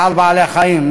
צער בעלי-חיים,